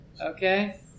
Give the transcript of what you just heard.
Okay